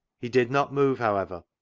he did not move, however,